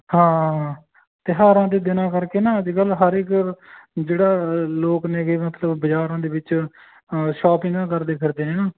ਹਾਂ ਤਿਉਹਾਰਾਂ ਦੇ ਦਿਨਾਂ ਕਰਕੇ ਨਾ ਅੱਜ ਕੱਲ੍ਹ ਹਰ ਇੱਕ ਜਿਹੜਾ ਲੋਕ ਨੇਗੇ ਮਤਲਬ ਬਾਜ਼ਾਰਾਂ ਦੇ ਵਿੱਚ ਸ਼ੋਪਿੰਗਾ ਕਰਦੇ ਫਿਰਦੇ ਨੇ ਨਾ